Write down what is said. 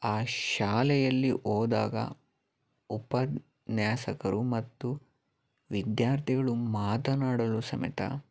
ಆ ಶಾಲೆಯಲ್ಲಿ ಹೋದಾಗ ಉಪನ್ಯಾಸಕರು ಮತ್ತು ವಿದ್ಯಾರ್ಥಿಗಳು ಮಾತನಾಡಲು ಸಮೇತ